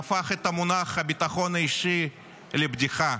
שהפך את "המונח ביטחון" אישי לבדיחה.